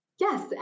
Yes